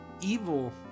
evil